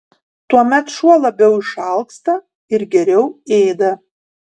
tuomet šuo labiau išalksta ir geriau ėda